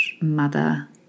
mother